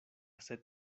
sed